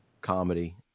comedy